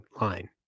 line